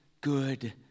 good